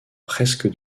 presque